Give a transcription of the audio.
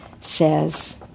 says